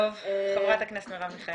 טוב, חברת הכנסת מירב מיכאלי.